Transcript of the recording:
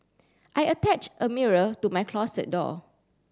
I attached a mirror to my closet door